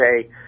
say